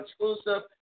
exclusive